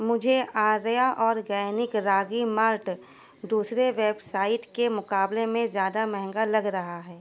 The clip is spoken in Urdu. مجھے آریہ آرگینک راگی مالٹ دوسرے ویب سائٹ کے مقابلے میں زیادہ مہنگا لگ رہا ہے